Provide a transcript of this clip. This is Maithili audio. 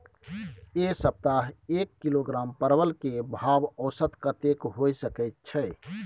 ऐ सप्ताह एक किलोग्राम परवल के भाव औसत कतेक होय सके छै?